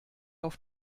auf